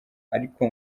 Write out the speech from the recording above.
ariko